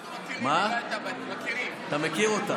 מכירים.